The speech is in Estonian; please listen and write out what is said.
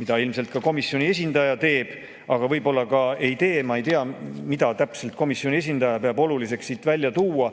mida ilmselt ka komisjoni esindaja teeb, aga võib-olla ei tee. Ma ei tea, mida täpselt komisjoni esindaja peab oluliseks siit välja tuua,